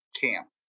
camp